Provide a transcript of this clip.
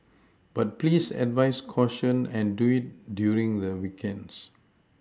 but please advise caution and do it during the weekends